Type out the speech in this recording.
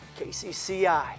KCCI